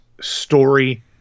story